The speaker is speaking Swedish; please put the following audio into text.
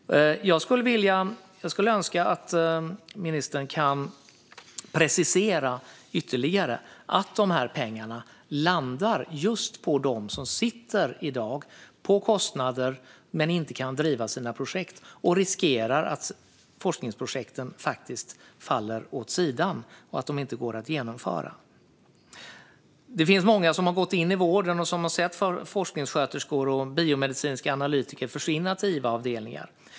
Jag skulle önska att ministern kunde precisera ytterligare att pengarna landar just på dem som i dag sitter på kostnader men inte kan driva sina projekt och därmed riskerar att forskningsprojekten faller åt sidan och inte går att genomföra. Det finns många som har gått in i vården. Forskningssköterskor och biomedicinska analytiker har försvunnit till iva.